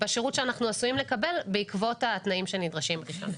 בשירות שאנחנו עשויים לקבל בעקבות התנאים שנדרשים ברישיון.